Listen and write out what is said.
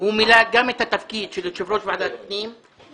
הוא מילא גם את התפקיד של יושב-ראש ועדת הפנים וגם,